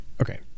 Okay